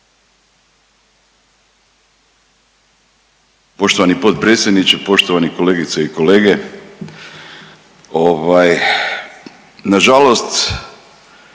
Poštovani potpredsjedniče, poštovane kolegice i kolege. Nažalost